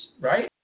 right